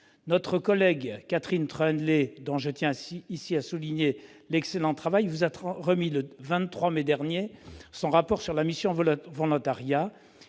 Notre collègue Catherine Troendlé, dont je tiens ici à souligner l'excellent travail, vous a remis le 23 mai dernier son rapport sur la mission volontariat,